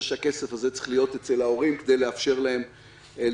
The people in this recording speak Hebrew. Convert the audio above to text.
שהכסף הזה צריך להיות אצל ההורים כדי לאפשר להם לחיות.